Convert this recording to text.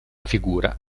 figura